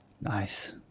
nice